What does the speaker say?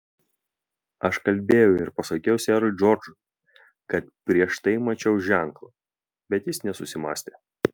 aš kalbėjau ir pasakiau serui džordžui kad prieš tai mačiau ženklą bet jis nesusimąstė